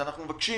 אנחנו מבקשים